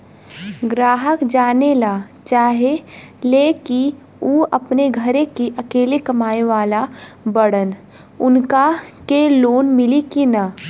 ग्राहक जानेला चाहे ले की ऊ अपने घरे के अकेले कमाये वाला बड़न उनका के लोन मिली कि न?